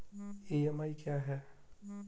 EMI क्या है?